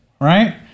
Right